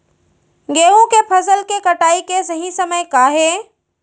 गेहूँ के फसल के कटाई के सही समय का हे?